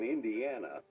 Indiana